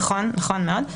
נכון מאוד.